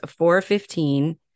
4.15